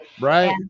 Right